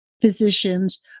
physicians